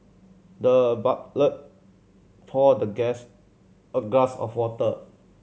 the butler poured the guest a glass of water